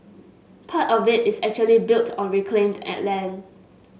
part of it is actually built on reclaimed land